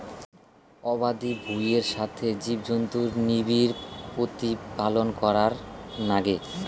আবাদি ভুঁইয়ের সথে জীবজন্তুুর নিবিড় প্রতিপালন করার নাগে